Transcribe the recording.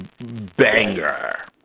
Banger